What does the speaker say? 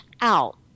out